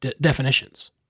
definitions